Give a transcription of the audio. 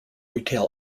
retail